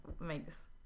makes